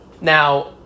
now